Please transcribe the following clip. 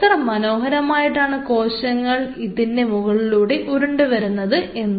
എത്ര മനോഹരമായിട്ടാണ് കോശങ്ങൾ ഇതിൻറെ മുകളിലൂടെ ഉരുണ്ടു വരുന്നത് എന്ന്